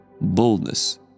Boldness